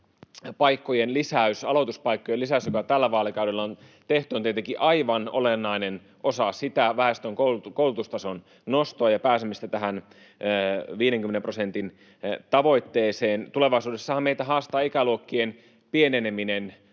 Aloituspaikkojen lisäys, joka on tällä vaalikaudella tehty, on tietenkin aivan olennainen osa väestön koulutustason nostoa ja pääsemistä tähän 50 prosentin tavoitteeseen. Tulevaisuudessahan meitä haastaa ikäluokkien pieneneminen